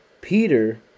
Peter